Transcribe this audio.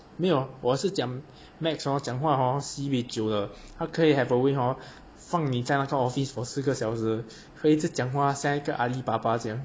没有啊我是讲 max hor 讲话 hor sibei 久的他可以 have a way hor 放你在那个 office for 四个小时可以一直讲话像个阿里巴巴这样